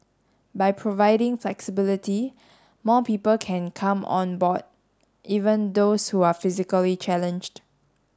by providing flexibility more people can come on board even those who are physically challenged